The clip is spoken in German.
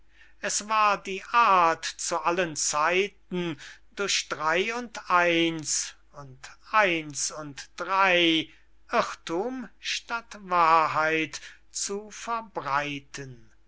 es war die art zu allen zeiten durch drey und eins und eins und drey irrthum statt wahrheit zu verbreiten